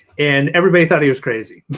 and everybody thought he was crazy.